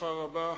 ובהצלחה רבה.